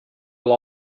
will